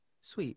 sweet